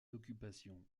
d’occupation